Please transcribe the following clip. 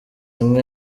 imwe